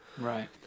right